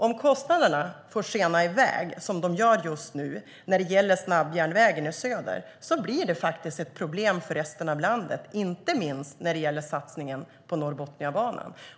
Om kostnaderna får skena iväg som de gör just nu när det gäller snabbjärnvägen i söder blir det ett problem för resten av landet, inte minst när det gäller satsningen på Norrbotniabanan.